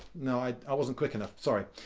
no, i i wasn't quick enough. sorry.